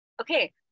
Okay